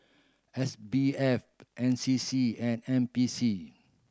S B F N C C and N P C